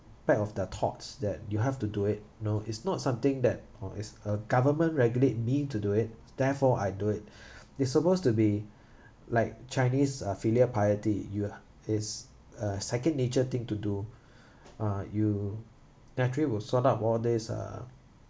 back of their thoughts that you have to do it you know it's not something that oh it's uh government regulate me to do it therefore I do it it suppose to be like chinese uh filial piety you is uh second nature thing to do uh you naturally will sort out all these uh